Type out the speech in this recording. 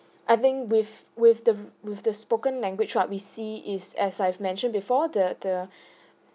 I think with with the with the spoken language what we see is as I've mentioned before the the